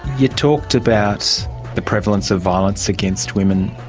you talked about the prevalence of violence against women.